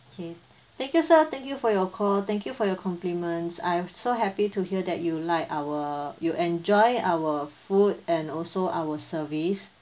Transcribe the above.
okay thank you sir thank you for your call thank you for your compliments I've so happy to hear that you like our you enjoy our food and also our service